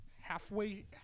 Halfway